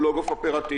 שהוא לא גוף אופרטיבי.